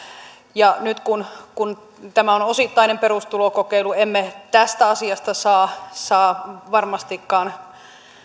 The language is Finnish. nyt kun kun tämä on osittainen perustulokokeilu emme tästä asiasta saa saa varmastikaan